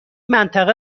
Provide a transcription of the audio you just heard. منطقه